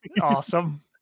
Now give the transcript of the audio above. awesome